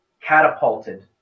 catapulted